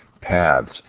paths